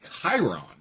Chiron